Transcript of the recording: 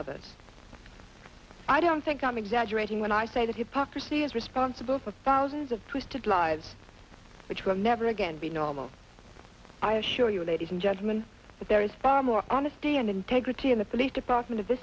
others i don't think i'm exaggerating when i say that hypocrisy is responsible for thousands of twisted lives which will never again be normal i assure you ladies and gentlemen but there is far more honesty and integrity in the police department of th